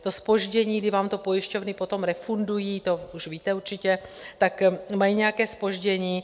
To zpoždění, kdy vám to pojišťovny potom refundují, to už víte určitě, tak mají nějaké zpoždění.